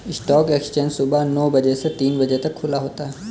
stock exchange सुबह नो बजे से तीन बजे तक खुला होता है